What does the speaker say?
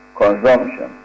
consumption